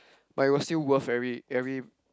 but it was still worth every every